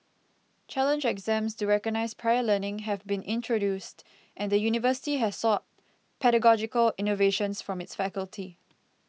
challenge exams to recognise prior learning have been introduced and the university has sought pedagogical innovations from its faculty